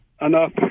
enough